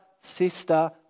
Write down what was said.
sister